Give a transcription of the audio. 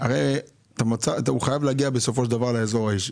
הוא חייב להגיע בסופו של דבר לאזור האישי.